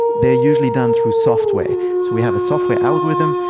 they are usually done through software. so we have a software algorithm,